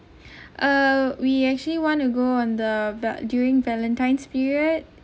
uh we actually want to go on the but during valentine's period